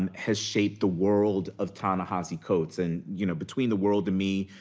um has shaped the world of ta-nehisi coates and, you know, between the world and me,